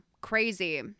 crazy